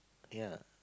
ya